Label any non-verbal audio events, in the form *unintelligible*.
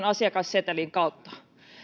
*unintelligible* asiakassetelin kautta